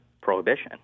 prohibition